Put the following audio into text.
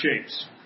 Shapes